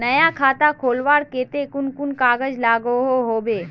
नया खाता खोलवार केते कुन कुन कागज लागोहो होबे?